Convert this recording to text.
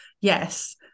yes